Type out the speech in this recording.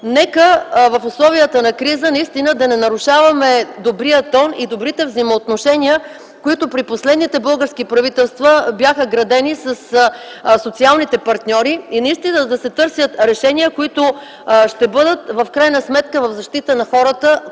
Нека в условията на криза наистина да не нарушаваме добрия тон и добрите взаимоотношения, които при последните български правителства бяха градени със социалните партньори, и наистина да се търсят решения, които в крайна сметка ще бъдат в защита на хората,